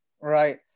right